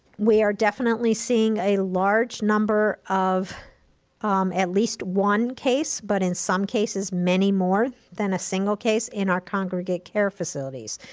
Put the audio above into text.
we are definitely seeing a large number of at least one case, but in some cases, many more than a single case in our congregate care facilities.